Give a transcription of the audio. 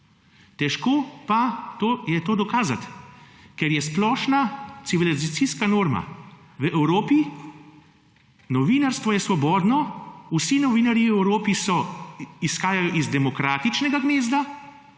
Težko pa je to dokazati, ker je splošna civilizacijska norma v Evropi novinarstvo je svobodno, vsi novinarji v Evropi so izhajali iz